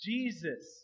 Jesus